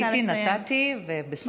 ראיתי, נתתי, ובסוף אני מבקשת לסיים.